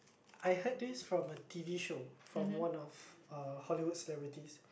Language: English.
I heard this from a T_V show from one of uh Hollywood celebrities